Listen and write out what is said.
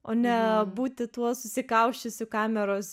o ne būti tuo susikausčiusiu kameros